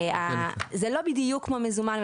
זה לא בדיוק כמו מזומן,